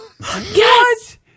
Yes